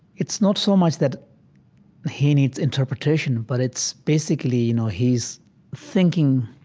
it's not so much that he needs interpretation, but it's basically, you know, he's thinking